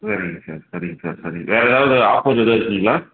சரிங்க சார் சரிங்க சார் சரிங்க வேறு எதாவது ஆஃபர் எதுவும் இருக்குங்களா